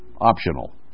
optional